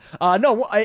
No